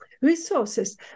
resources